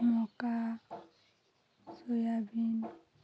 ମକା ସୋୟାବିନ୍